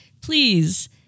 please